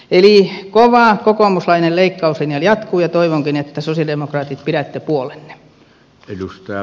eli kova kokoomuslainen leikkauslinja jatkuu ja toivonkin että sosialidemokraatit pidätte puolenne